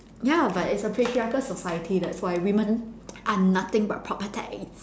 ya but its a patriarchal society that's why women are nothing but property